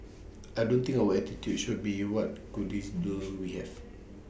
I don't think our attitude should be what goodies do we have